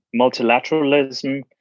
multilateralism